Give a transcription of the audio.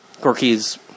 Gorky's